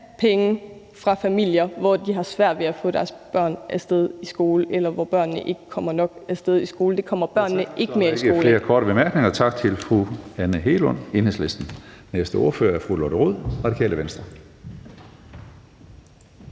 penge fra familier, hvor de har svært ved at få deres børn af sted i skole, eller hvor børnene ikke ofte nok kommer af sted i skole. Det kommer børnene ikke mere i skole